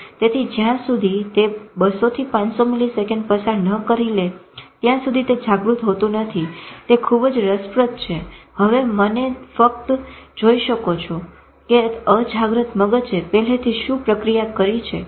તેથી જ્યાં સુધી તે 200 થી 500 મીલીસેકંડ પસાર ન કરી લે ત્યાં સુધી તે જાગૃત હોતું નથી તે ખુબ જ રસપ્રદ છે હવે અને તમે ફક્ત જોઈ શકો છો કે અજાગ્રત મગજે પહેલેથી શું પ્રક્રિયા કરી છે